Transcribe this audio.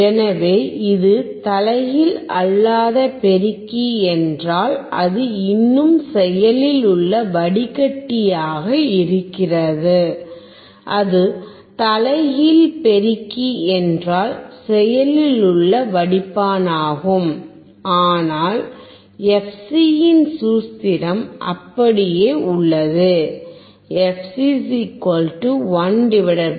எனவே இது தலைகீழ் அல்லாத பெருக்கி என்றால் அது இன்னும் செயலில் உள்ள வடிகட்டியாக இருக்கிறது அது தலைகீழ் பெருக்கி என்றால் செயலில் உள்ள வடிப்பானாகும் ஆனால் fc இன் சூத்திரம் அப்படியே உள்ளது fc 1 2πRC